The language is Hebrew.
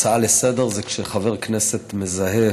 הצעה לסדר-היום זה כשחבר כנסת מזהה